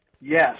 yes